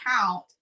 count